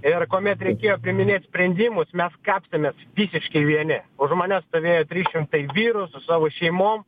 ir kuomet reikėjo priiminėt sprendimus mes kapstėmės visiškai vieni už manęs stovėjo trys šimtai vyrų su savo šeimom